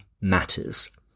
matters